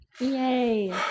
Yay